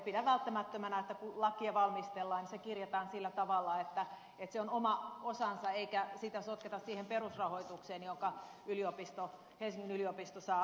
pidän välttämättömänä että kun lakia valmistellaan niin se kirjataan sillä tavalla että se on oma osansa eikä sitä sotketa siihen perusrahoitukseen jonka helsingin yliopisto saa valtiovallalta